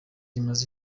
imaze